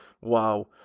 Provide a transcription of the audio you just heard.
Wow